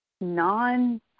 non